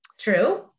true